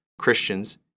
Christians